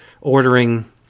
ordering